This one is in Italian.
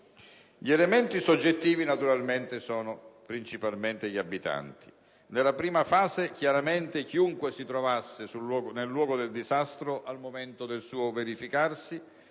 Gli elementi soggettivi sono principalmente gli abitanti. Nella prima fase, chiunque si trovasse nel luogo del disastro al momento del suo verificarsi